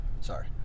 Sorry